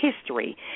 history